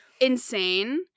insane